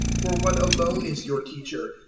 for one alone is your teacher,